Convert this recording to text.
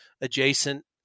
adjacent